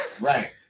Right